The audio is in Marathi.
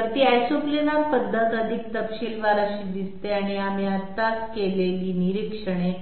तर ती आयसोप्लानर पद्धत अधिक तपशीलवार अशी दिसते आणि आम्ही आत्ताच केलेली निरीक्षणे